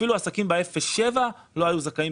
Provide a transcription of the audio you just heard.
אפילו העסקים באפס עד שבעה קילומטר לא היו זכאים,